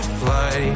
fly